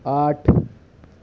آٹھ